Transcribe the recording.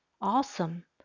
Awesome